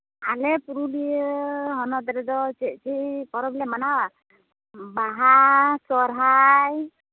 ᱟᱞᱮ ᱯᱩᱨᱩᱞᱤᱭᱟᱹ ᱦᱚᱱᱚᱛ ᱨᱮᱫᱚ ᱪᱮᱫ ᱪᱮᱫ ᱯᱚᱨᱚᱵᱽ ᱞᱮ ᱢᱟᱱᱟᱣᱟ ᱵᱟᱦᱟ ᱥᱚᱨᱦᱟᱭ